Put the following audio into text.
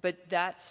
but that's